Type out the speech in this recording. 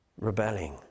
rebelling